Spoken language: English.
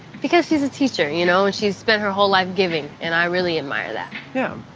because, she's a teacher. you know, and she spent her whole life giving. and, i really admire that. yeah,